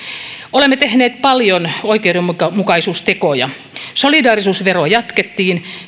olemme tehneet paljon oikeudenmukaisuustekoja solidaarisuusveroa jatkettiin